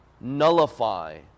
nullify